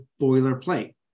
boilerplate